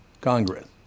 Congress